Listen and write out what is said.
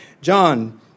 John